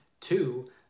Two